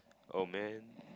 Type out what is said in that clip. oh man